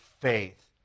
faith